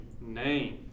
name